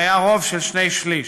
שהיה רוב של שני שלישים.